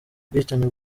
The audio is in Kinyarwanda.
ubwicanyi